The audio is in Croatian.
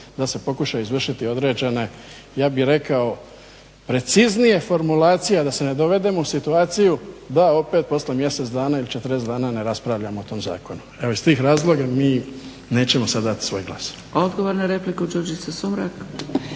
da se pokuša izvršiti određene, ja bih rekao preciznije formulacije, a da se ne dovedemo u situaciju da opet poslije mjesec dana ili 40 dana ne raspravljamo o tom zakonu. Evo iz tih razloga mi nećemo sada dati svoj glas.